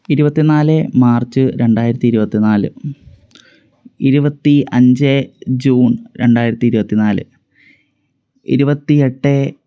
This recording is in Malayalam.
ഇരുപത്തിനാല് മാർച്ച് രണ്ടായിരത്തി ഇരുപത്തി നാല് ഇരുവത്തി അഞ്ച് ജൂൺ രണ്ടായിരത്തി ഇരുപത്തി നാല് ഇരുപത്തിയെട്ട്